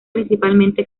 principalmente